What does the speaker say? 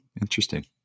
interesting